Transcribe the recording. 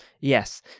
Yes